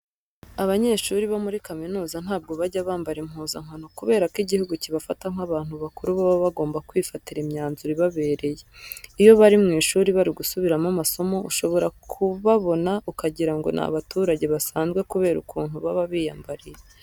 Abanyeshuri bo muri kaminuza ntabwo bajya bambara impuzankano kubera ko igihugu kibafata nk'abantu bakuru baba bagomba kwifatira imyanzuro ibabereye. Iyo bari mu ishuri bari gusubiramo amasomo ushobora kubabona ukagira ngo ni abaturage basanzwe kubera ukuntu baba biyambariye.